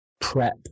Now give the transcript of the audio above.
prep